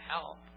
help